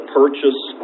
purchase